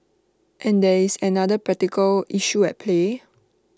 and there is another practical issue at play